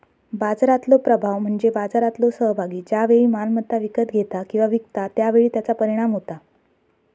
बाजारातलो प्रभाव म्हणजे बाजारातलो सहभागी ज्या वेळी मालमत्ता विकत घेता किंवा विकता त्या वेळी त्याचा परिणाम होता